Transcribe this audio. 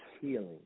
healing